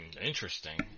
interesting